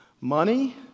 Money